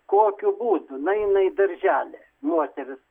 kokiu būdu nueina į darželį moterys